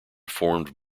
formed